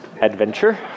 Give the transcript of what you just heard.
adventure